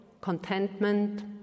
contentment